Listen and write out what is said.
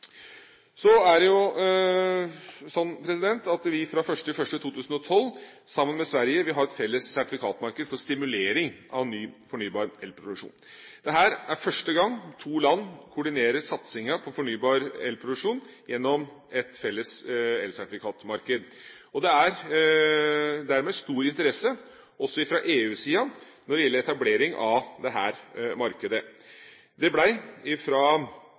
Fra 1. januar 2012 vil Norge og Sverige ha et felles sertifikatmarked for stimulering av ny, fornybar elproduksjon. Dette er første gang to land koordinerer satsingen på fornybar elproduksjon gjennom et felles elsertifikatmarked. Det er dermed stor interesse også fra EU-siden for en etablering av dette markedet. Det ble fra Kommisjonens side lagt fram en infrastrukturpakke allerede den 17. november 2010 som en første oppfølging av energistrategidokumentet. Her er det